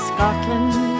Scotland